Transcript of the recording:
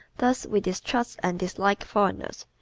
thus we distrust and dislike foreigners,